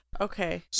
Okay